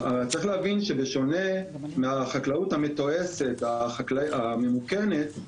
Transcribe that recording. צריך להבין, שבשונה מהחקלאות המתועשת, הממוכנת,